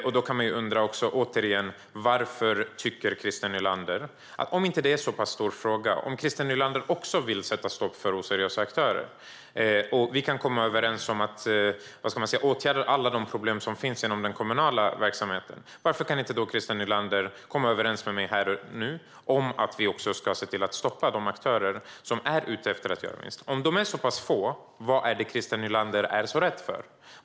Man kan återigen undra: Varför vill inte Christer Nylander sätta stopp för oseriösa aktörer om det inte är en så stor fråga? Vi kan komma överens om att åtgärda alla de problem som finns i den kommunala verksamheten. Varför kan då inte Christer Nylander komma överens med mig här och nu om att vi också ska se till att stoppa de aktörer som är ute efter att göra vinst? Om de är de är så pass få, vad är det Christer Nylander är så rädd för?